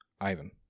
Ivan